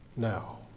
now